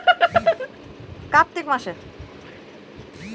সর্ষে চাষ কোন মাসে সব থেকে ভালো হয়?